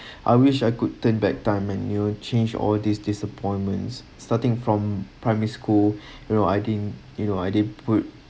I wish I could turn back time and you know change all these disappointments starting from primary school you know I didn't you know I didn’t put